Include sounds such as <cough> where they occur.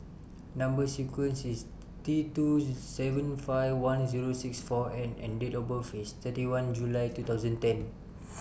Number sequence IS T two seven five one Zero six four N and Date of birth IS thirty one July two thousand and ten <noise>